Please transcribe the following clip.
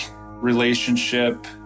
relationship